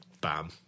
bam